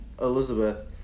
elizabeth